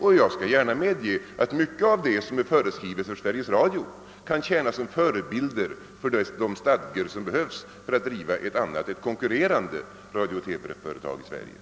Och jag vill gärna medge att en hel del av föreskrifterna för Sveriges Radio även kan tjäna som förebild till de stadgor som behövs för att driva ett konkurrerande radiooch TV-företag i Sverige.